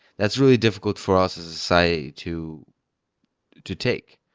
that's really difficult for us as a society to to take,